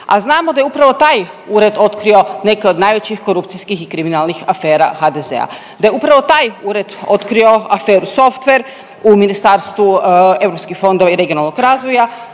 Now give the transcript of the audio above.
A znamo da je upravo taj ured otkrio neke od najvećih korupcijskih i kriminalnih afera HDZ-a. Da je upravo taj ured otkrio aferu Softver u Ministarstvu europskih fondova i regionalnog razvoja